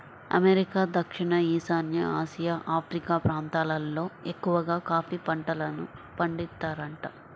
America, దక్షిణ ఈశాన్య Asia, Africa ప్రాంతాలల్లో ఎక్కవగా కాఫీ పంటను పండిత్తారంట